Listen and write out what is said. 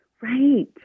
Right